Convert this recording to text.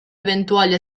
eventuali